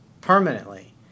permanently